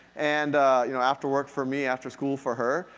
and you know after work for me, after school for her.